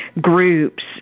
groups